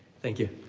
thank you.